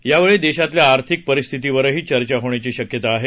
यावेळी देशातल्या आर्थिक परिस्थितीवरही चर्चा होण्याची शक्यता आहे